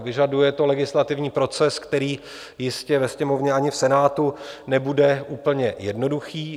Vyžaduje to legislativní proces, který jistě ve Sněmovně ani v Senátu nebude úplně jednoduchý.